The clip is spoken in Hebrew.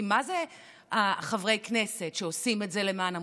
כי מה זה החברי כנסת שעושים את זה למען המושחת,